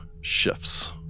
shifts